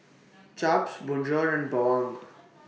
Chaps Bonjour and Bawang